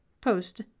post